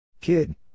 Kid